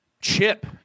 Chip